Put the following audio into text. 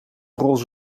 rolls